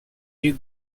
you